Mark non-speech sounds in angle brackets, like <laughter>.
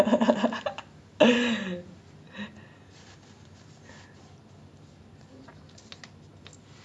ya <laughs> that [one] I <laughs> that [one] I just don't get it lah like some people they just have this innate ability to act and some people don't